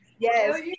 Yes